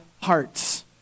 hearts